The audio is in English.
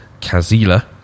Kazila